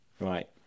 Right